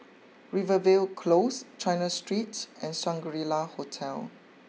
Rivervale close China Streets and Shangri La Hotel